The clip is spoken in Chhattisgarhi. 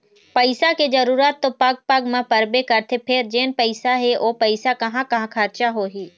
पइसा के जरूरत तो पग पग म परबे करथे फेर जेन पइसा हे ओ पइसा कहाँ कहाँ खरचा होही